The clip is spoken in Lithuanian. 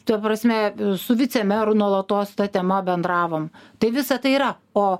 ta prasme su vicemeru nuolatos ta tema bendravom tai visa tai yra o